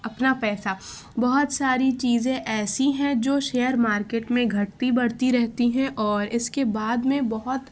اپنا پیسہ بہت ساری چیزیں ایسی ہیں جو شیئر مارکیٹ میں گھٹتی بڑھتی رہتی ہیں اور اس کے بعد میں بہت